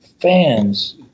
fans